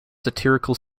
satirical